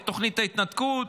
את תוכנית ההתנתקות.